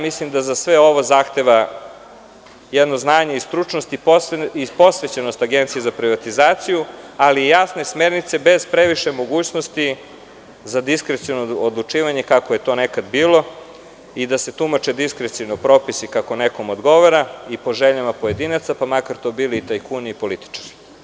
Mislim da sve ovo zahteva jedno znanje i stručnost i posvećenost Agenciji za privatizaciju, ali jasne smernice bez previše mogućnosti za diskreciono odlučivanje kako je to nekad bilo i da se tumače diskrecioni propisi kako nekom odgovara i po željama pojedinaca, pa makar to bili i tajkuni i političari.